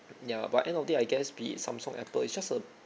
ya but end of day I guess be it Samsung apple it's just a